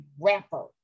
rapper